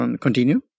Continue